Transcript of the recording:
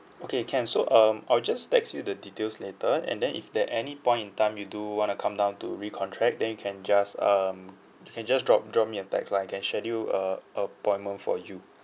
okay can so um I'll just text you the details later and then if there any point in time you do wanna come down to recontract then you can just um you can just drop drop me a text lah we can schedule uh appointment for you